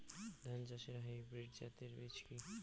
ধান চাষের হাইব্রিড জাতের বীজ কি?